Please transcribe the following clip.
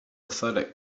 athletic